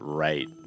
right